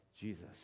Jesus